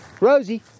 rosie